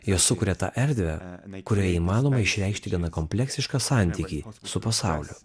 jos sukuria tą erdvę kurioje įmanoma išreikšti gana kompleksišką santykį su pasauliu